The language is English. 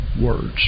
words